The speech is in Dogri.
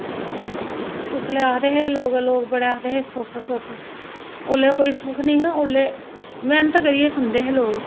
उसलै आखदे हे लोग लोग बड़ा आखदे दुख सुख ओल्लै कोई सुख निं हा हून ओल्लै मैह्नत करियै खंदे हे लोक